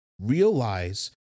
realize